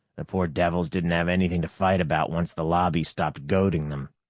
the poor devils didn't have anything to fight about, once the lobby stopped goading them.